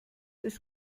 ist